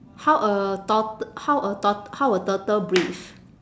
how a tort~ how a tort~ how a turtle breathe